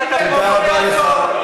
פרובוקטור זול.